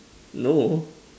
no